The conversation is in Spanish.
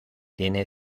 tiene